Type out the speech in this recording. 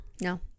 No